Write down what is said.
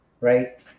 right